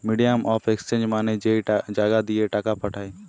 medium of exchange মানে যেই জাগা দিয়ে টাকা পাঠায়